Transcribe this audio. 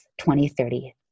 2030